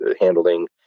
handling